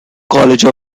colleges